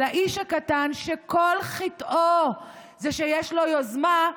על האיש הקטן שכל חטאו זה שיש לו יוזמה,